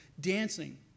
dancing